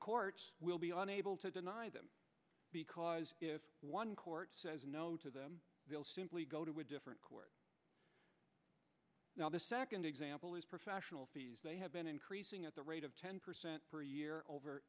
court will be unable to deny them because if one court says no to them they'll simply go to a different court now the second example is professional fees they have been increasing at the rate of ten percent per year over